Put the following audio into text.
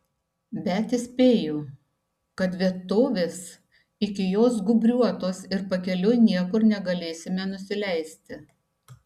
bet įspėju kad vietovės iki jos gūbriuotos ir pakeliui niekur negalėsime nusileisti